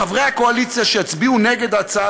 חברי הקואליציה שיצביעו נגד ההצעה